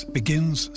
begins